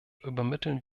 übermitteln